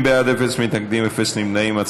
60 בעד, אין מתנגדים, אין נמנעים.